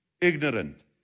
Ignorant